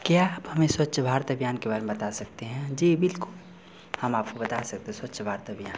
क्या आप हमें स्वच्छ भारत अभियान के बारे में बता सकते हैं जी बिल्कुल हम आपको बता सकते स्वच्छ भारत अभियान